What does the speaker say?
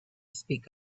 speak